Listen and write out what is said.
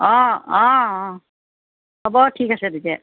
অঁ অঁ হ'ব ঠিক আছে তেতিয়া